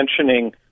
mentioning